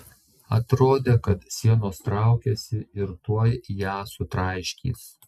atrodė kad sienos traukiasi ir tuoj ją sutraiškys